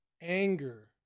anger